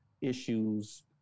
issues